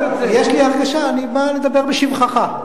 אני בא לדבר בשבחך.